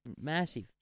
Massive